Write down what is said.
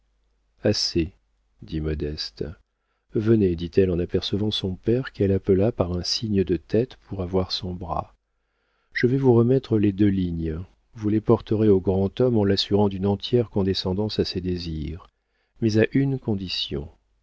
assez dit modeste venez dit-elle en apercevant son père qu'elle appela par un signe de tête pour avoir son bras je vais vous remettre les deux lignes vous les porterez au grand homme en l'assurant d'une entière condescendance à ses désirs mais à une condition